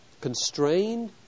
constrained